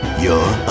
you're